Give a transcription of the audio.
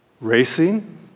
Racing